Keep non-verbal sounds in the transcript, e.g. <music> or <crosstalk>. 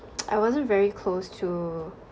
<noise> I wasn't very close to